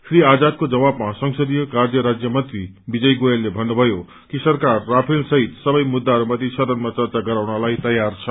श्री आजादको जवाबमा संसदीय कार्य राज्य मंत्री विजय गोयलले भन्नुभयो कि सरकार गोलसहित सबै मुद्दाहरूमाथि सदनमा चर्चा गराउनलाई तयार छ